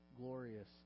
glorious